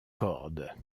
cordes